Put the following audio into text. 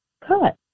cut